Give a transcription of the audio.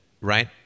Right